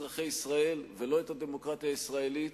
אזרחי ישראל ולא את הדמוקרטיה הישראלית,